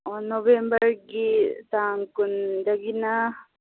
ꯑꯣ ꯅꯣꯕꯦꯝꯕꯔꯒꯤ ꯇꯥꯡ ꯀꯨꯟꯗꯒꯤꯅ